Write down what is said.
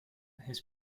has